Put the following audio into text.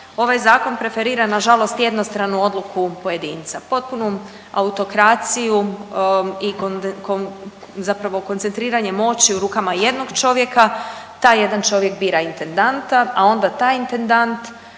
ovaj zakon preferira nažalost jednostranu odluku pojedinca. Potpunu autokraciju i zapravo koncentriranje moći u rukama jednog čovjeka, taj jedan čovjek bira intendanta, a onda taj intendant